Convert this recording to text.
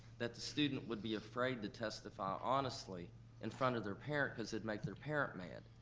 that the student would be afraid to testify honestly in front of their parent cause it'd make their parent mad.